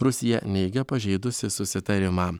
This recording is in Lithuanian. rusija neigia pažeidusi susitarimą